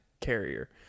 carrier